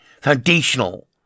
Foundational